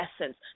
essence